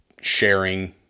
sharing